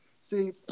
See